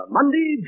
Monday